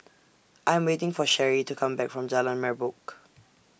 I Am waiting For Cherie to Come Back from Jalan Merbok